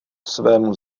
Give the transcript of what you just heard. svému